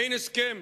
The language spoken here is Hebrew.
אין הסכם.